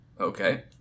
Okay